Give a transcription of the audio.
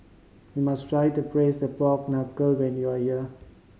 you must try the Braised Pork Knuckle when you are here